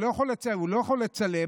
הוא לא יכול לצלם,